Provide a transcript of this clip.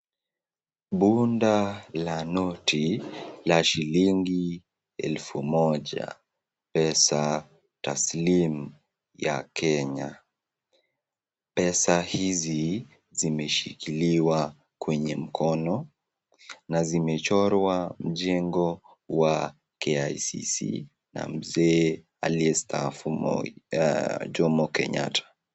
Bunda la noti la shilingi 1000 pesa taslimu ya Kenya. Pesa hizi zimeshikiliwa kwenye mkono na zimechorwa mjengo wa KICC na mzee aliyestaafu Jomo Kenyatta.